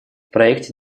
проекте